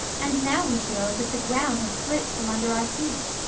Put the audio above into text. and now we feel as if the ground had slipped from under our feet.